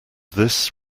this